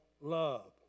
love